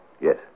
Yes